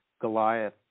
Goliath